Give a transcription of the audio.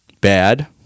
Bad